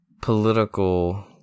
political